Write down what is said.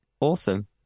awesome